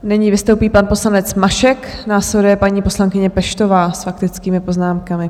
Nyní vystoupí pan poslanec Mašek, následuje paní poslankyně Peštová, s faktickými poznámkami.